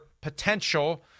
potential